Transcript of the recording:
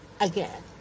again